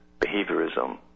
behaviorism